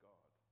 God